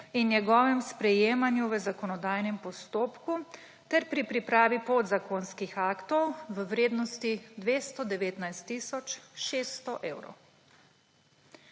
in njegovem sprejemanju v zakonodajnem postopku ter pri pripravi podzakonskih aktov v vrednosti 219 tisoč 600 evrov.